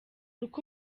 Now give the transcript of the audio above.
uko